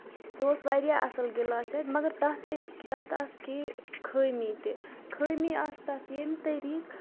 سُہ اوس واریاہ اَصٕل گِلاس سیٹ مَگر تَتھ ٲسۍ تَتھ آسہٕ کیٚنٛہہ خٲمی تہِ خٲمی آسہٕ تَتھ ییٚمہِ طٔریٖقہٕ